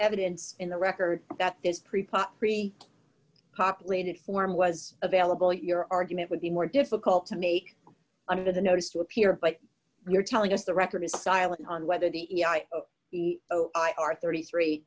evidence in the record that is pretty pottery populated form was available your argument would be more difficult to make under the notice to appear but you're telling us the record is silent on whether the e i i r thirty three